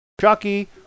Chucky